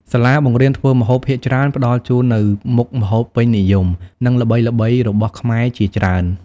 សាលាបង្រៀនធ្វើម្ហូបភាគច្រើនផ្តល់ជូននូវមុខម្ហូបពេញនិយម និងល្បីៗរបស់ខ្មែរជាច្រើន ។